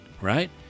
right